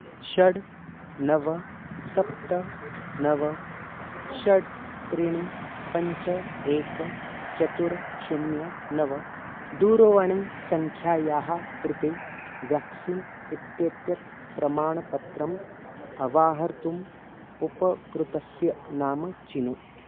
षड् नव सप्त नव षड् त्रीणि पञ्च एकं चत्वारि शून्यं नव दूरवाणीसङ्ख्यायाः कृते व्याक्सीन् इत्येत्यत् प्रमाणपत्रम् अवाहर्तुम् उपकृतस्य नाम चिनु